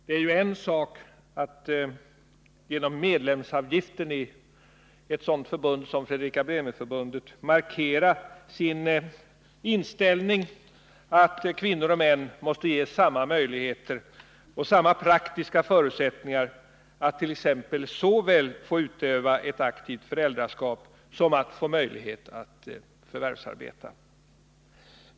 Det är ju en sak att genom medlemsavgiften i ett sådant förbund som Fredrika Bremer-förbundet markera sin inställning att kvinnor och män måste ges samma möjligheter och samma praktiska förutsättningar attt.ex. få utöva ett aktivt föräldraskap som när det gäller att förvärvsarbeta.